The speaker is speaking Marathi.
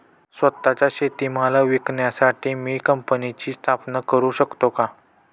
स्वत:चा शेतीमाल विकण्यासाठी मी कंपनीची स्थापना करु शकतो का?